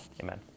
Amen